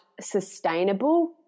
sustainable